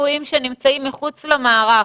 רפואיים שנמצאים מחוץ למערך,